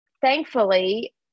thankfully